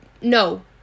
no